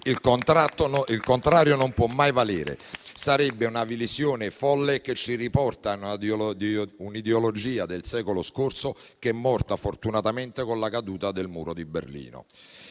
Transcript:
Il contrario non può mai valere: sarebbe una visione folle, che ci riporta a un'ideologia del secolo scorso che è morta fortunatamente con la caduta del muro di Berlino.